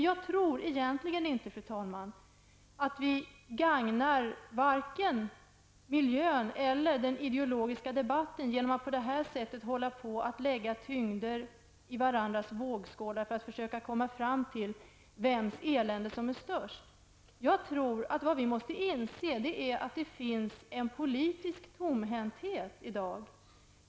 Jag tror egentligen, fru talman, att vi inte gagnar vare sig miljön eller den ideologiska debatten genom att på det här sättet hålla på att lägga tyngder i varandras vågskålar för att försöka komma fram till vems elände som är störst. Vad vi måste inse är att det finns en politisk tomhänthet i dag.